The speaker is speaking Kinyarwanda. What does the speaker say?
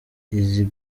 izi